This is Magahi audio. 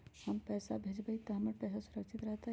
हम पैसा भेजबई तो हमर पैसा सुरक्षित रहतई?